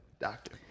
doctor